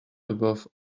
above